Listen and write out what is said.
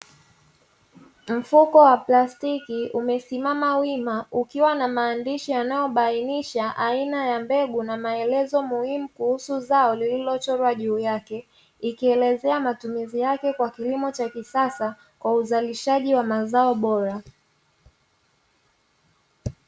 Mfuko wa plastiki umesimaama wima ukiwa na maandishi yanayobainisha aina ya mbegu na maelezo muhimu kuhusu zao lililochorwa juu yake. Ikielezea matumizi yake kwa kilimo cha kisasa kwa uzalishaji wa mazao bora.